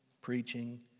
preaching